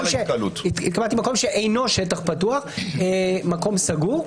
על מקום שאינו שטח פתוח, מקום סגור,